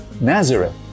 Nazareth